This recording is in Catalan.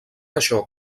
això